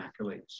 accolades